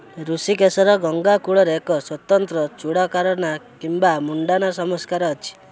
ଋଷିକେଶର ଗଙ୍ଗା କୂଳରେ ଏକ ସ୍ୱତନ୍ତ୍ର ଚୁଡ଼ାକରଣ କିମ୍ବା ମୁଣ୍ଡନ୍ ସଂସ୍କାର ଅଛି